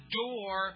door